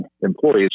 employees